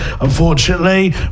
Unfortunately